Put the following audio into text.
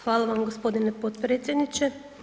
Hvala vam g. potpredsjedniče.